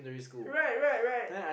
right right right